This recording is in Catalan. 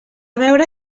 veure